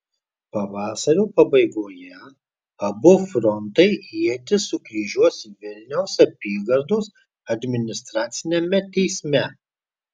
pavasario pabaigoje abu frontai ietis sukryžiuos vilniaus apygardos administraciniame teisme